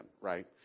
right